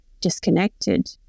disconnected